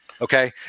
Okay